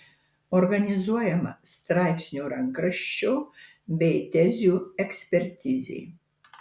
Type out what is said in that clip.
organizuojama straipsnio rankraščio bei tezių ekspertizė